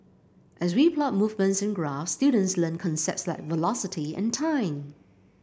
as we plot movement in graphs students learn concepts like velocity and time